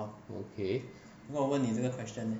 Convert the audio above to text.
okay